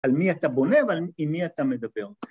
‫על מי אתה בונה והאם, עם מי אתה מדבר.